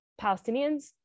Palestinians